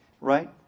right